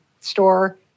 store